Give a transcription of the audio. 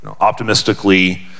optimistically